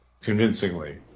convincingly